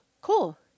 Cool